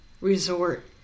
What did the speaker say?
resort